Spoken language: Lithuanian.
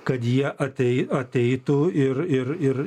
kad jie atei ateitų ir ir ir